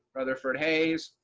rutherford hayes,